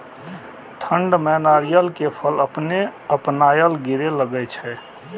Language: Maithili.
ठंड में नारियल के फल अपने अपनायल गिरे लगए छे?